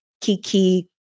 kiki